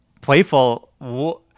playful